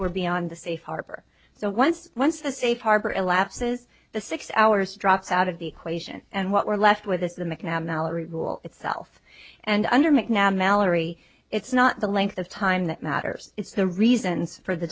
we're beyond the safe harbor so once once the safe harbor elapses the six hours drops out of the equation and what we're left with is the mcnabb malory rule itself and under mcnabb valerie it's not the length of time that matters it's the reasons for the